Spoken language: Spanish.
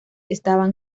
estaban